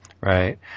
Right